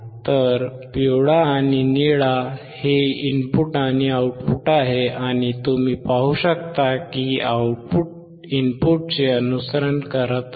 तर पिवळा आणि निळा हे इनपुट आणि आउटपुट आहेत आणि तुम्ही पाहू शकता की आउटपुट इनपुटचे अनुसरण करत आहे